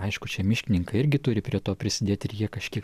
aišku čia miškininkai irgi turi prie to prisidėti ir jie kažkiek